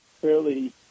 fairly